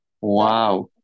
Wow